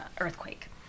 earthquake